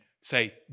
say